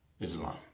Islam